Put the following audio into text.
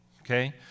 Okay